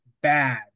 bad